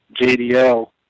JDL